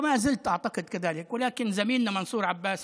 ואני עדיין חושב כך, אבל העמית שלנו מנסור עבאס